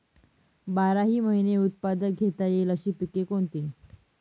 बाराही महिने उत्पादन घेता येईल अशी पिके कोणती?